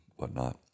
whatnot